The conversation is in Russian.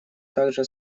также